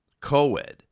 co-ed